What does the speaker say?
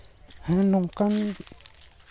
ᱦᱮᱸ ᱱᱚᱝᱠᱟᱱ